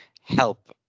help